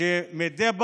שמדי פעם,